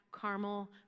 caramel